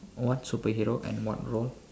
what superhero and what role